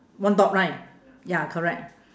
one dot right ya correct